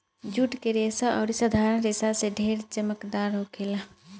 जुट के रेसा अउरी साधारण रेसा से ढेर चमकदार होखेला